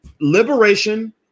Liberation